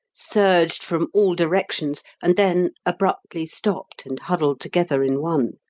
surged from all directions, and then abruptly stopped and huddled together in one.